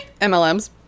MLMs